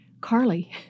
Carly